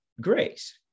grace